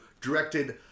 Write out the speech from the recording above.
directed